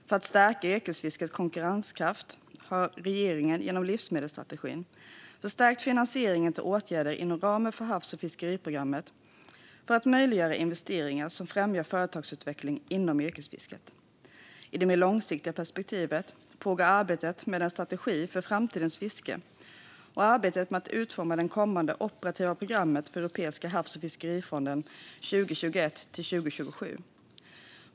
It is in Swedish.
För att stärka yrkesfiskets konkurrenskraft har regeringen genom livsmedelsstrategin förstärkt finansieringen till åtgärder inom ramen för havs och fiskeriprogrammet för att möjliggöra investeringar som främjar företagsutveckling inom yrkesfisket. I det mer långsiktiga perspektivet pågår arbetet med en strategi för framtidens fiske och arbetet med att utforma det kommande operativa programmet för Europeiska havs och fiskerifonden 2021-2027.